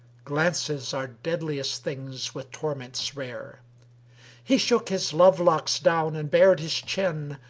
glances are deadliest things with torments rare he shook his love locks down and bared his chin,